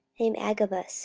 named agabus